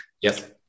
Yes